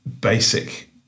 basic